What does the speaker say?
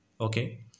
Okay